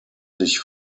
sich